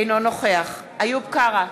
אינו נוכח איוב קרא,